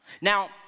Now